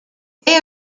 they